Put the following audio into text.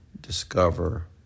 discover